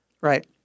Right